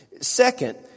Second